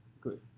Good